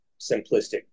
simplistic